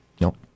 Nope